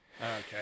Okay